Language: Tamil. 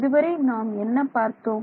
இதுவரை நாம் என்ன பார்த்தோம்